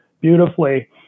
beautifully